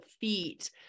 feet